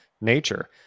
nature